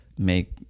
make